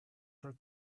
her